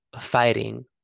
fighting